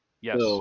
Yes